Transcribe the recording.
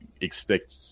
expect